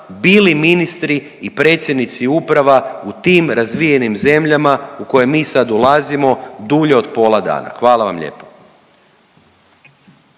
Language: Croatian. bili ministri i predsjednici uprava u tim razvijenim zemljama u koje mi sad ulazimo dulje od pola dana. Hvala vam lijepo.